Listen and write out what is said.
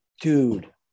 Dude